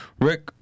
Rick